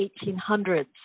1800s